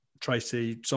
Tracy